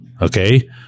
okay